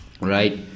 Right